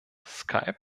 skype